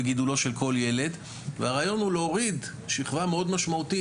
בגידולו של כל ילד והרעיון הוא להוריד שכבה מאוד משמעותית,